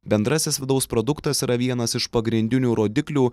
bendrasis vidaus produktas yra vienas iš pagrindinių rodiklių